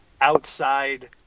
outside –